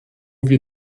wir